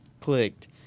clicked